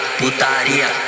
putaria